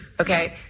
Okay